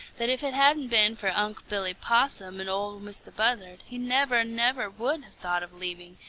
that if it hadn't been for unc' billy possum and ol' mistah buzzard he never, never would have thought of leaving,